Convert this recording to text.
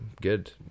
good